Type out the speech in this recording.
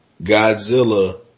Godzilla